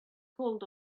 called